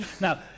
Now